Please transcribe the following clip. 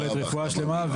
רפואה שלמה.